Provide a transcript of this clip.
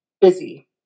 busy